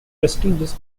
prestigious